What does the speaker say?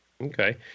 Okay